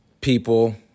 people